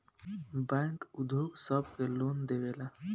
bank उद्योग सब के लोन देवेला